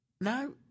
No